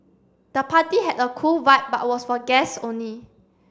the party had a cool vibe but was for guest only